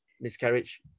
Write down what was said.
miscarriage